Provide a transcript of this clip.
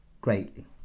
greatly